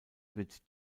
wird